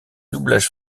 doublage